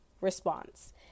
response